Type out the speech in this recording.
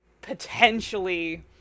potentially